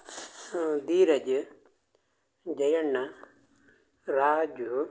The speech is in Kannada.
ಧೀರಜ ಜಯಣ್ಣ ರಾಜು